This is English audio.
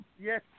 Yes